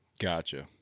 Gotcha